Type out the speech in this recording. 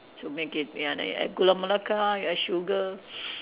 to make it ya then you add gula Melaka you add sugar